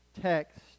text